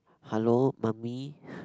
hello mummy